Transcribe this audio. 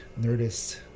Nerdist